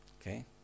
Okay